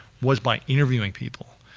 was my interviewing people.